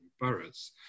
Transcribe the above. Boroughs